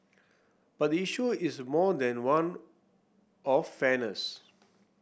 but the issue is more than one of fairness